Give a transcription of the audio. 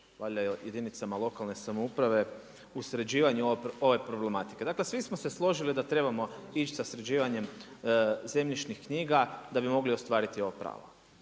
pomoć jedinicama lokalne samouprave u sređivanju ove problematike. Dakle svi smo se složili da trebamo ići sa sređivanjem zemljišnih knjiga da bi mogli ostvariti ova prava.